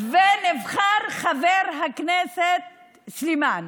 ונבחר חבר הכנסת סלימאן.